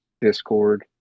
Discord